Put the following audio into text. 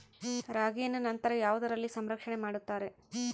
ರಾಗಿಯನ್ನು ನಂತರ ಯಾವುದರಲ್ಲಿ ಸಂರಕ್ಷಣೆ ಮಾಡುತ್ತಾರೆ?